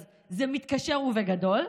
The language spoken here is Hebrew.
אז זה מתקשר, ובגדול.